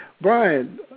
Brian